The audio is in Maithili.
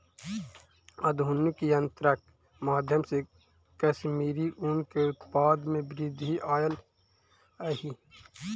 आधुनिक यंत्रक माध्यम से कश्मीरी ऊन के उत्पादन में वृद्धि आयल अछि